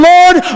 Lord